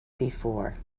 before